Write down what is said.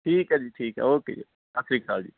ਠੀਕ ਹੈ ਜੀ ਠੀਕ ਹੈ ਓਕੇ ਜੀ ਓ ਸਤਿ ਸ਼੍ਰੀ ਅਕਾਲ ਜੀ